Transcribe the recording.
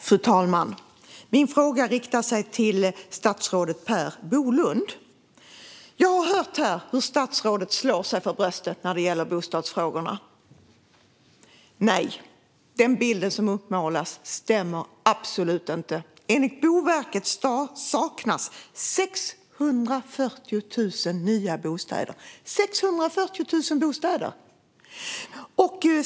Fru talman! Min fråga är riktad till statsrådet Per Bolund. Jag har hört här hur statsrådet slår sig för bröstet när det gäller bostadsfrågorna. Nej, bilden som uppmålas stämmer absolut inte. Enligt Boverket saknas 640 000 nya bostäder.